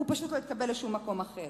הוא פשוט לא יתקבל לשום מקום אחר.